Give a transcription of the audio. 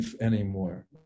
anymore